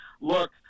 look